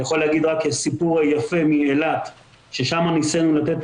אני יכול להגיד סיפור ייפה מאילת ששם ניסינו לתת